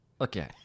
okay